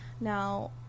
Now